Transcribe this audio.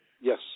Yes